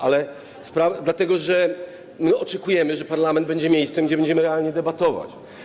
Ale dlatego, że my oczekujemy, że parlament będzie miejscem, gdzie będziemy realnie debatować.